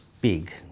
big